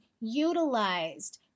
utilized